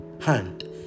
hand